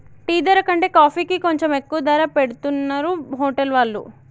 tea ధర కంటే కాఫీకి కొంచెం ఎక్కువ ధర పెట్టుతున్నరు హోటల్ వాళ్ళు